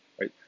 right